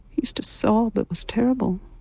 he used to sob, it was terrible.